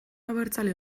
abertzale